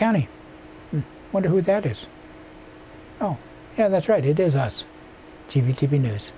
county wonder who that is oh yeah that's right it is us t v t v news